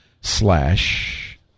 slash